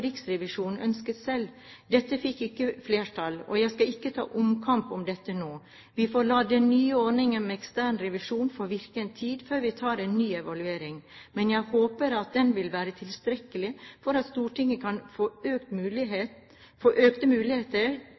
Riksrevisjonen ønsket selv. Dette fikk ikke flertall, og jeg skal ikke ta omkamp om det nå. Vi får la den nye ordningen med ekstern revisjon få virke en tid før vi tar en ny evaluering, men jeg håper at dette vil være tilstrekkelig, slik at Stortinget kan få